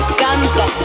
canta